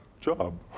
job